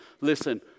Listen